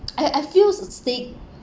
I I feel it's a stay